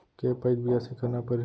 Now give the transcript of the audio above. के पइत बियासी करना परहि?